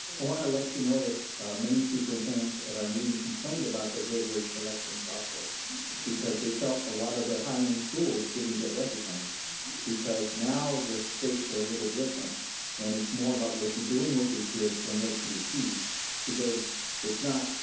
wanna let you know that many superintendents at our meeting complained about the rigorous selection process because they felt a lot of their high end schools didn't get recognized because now the stakes were a little different and it's more about what you're doing with your kids than what you achieve because it's not,